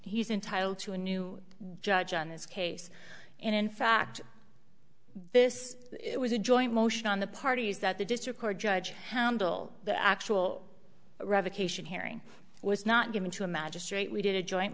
he's entitled to a new judge on this case and in fact this was a joint motion on the parties that the district court judge handle the actual revocation hearing was not given to a magistrate we did a joint